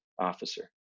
officer